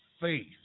faith